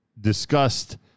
discussed